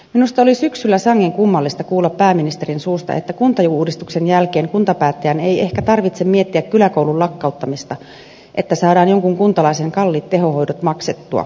minusta oli syksyllä sangen kummallista kuulla pääministerin suusta että kuntauudistuksen jälkeen kuntapäättäjän ei ehkä tarvitse miettiä kyläkoulun lakkauttamista että saadaan jonkun kuntalaisen kalliit tehohoidot maksettua